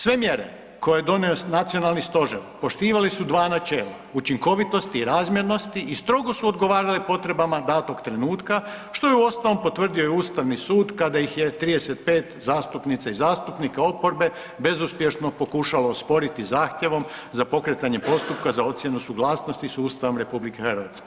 Sve mjere koje je donio Nacionalni stožer poštivali su dva načela, učinkovitosti i razmjernosti i strogo su odgovarali potrebama datog trenutka što je uostalom potvrdio i ustavni sud kada ih je 35 zastupnica i zastupnika oporbe bezuspješno pokušalo osporiti zahtjevom za pokretanjem postupka za ocjenu suglasnosti s Ustavom RH.